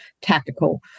tactical